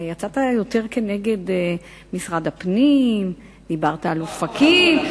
יצאת יותר כנגד משרד הפנים, דיברת על אופקים.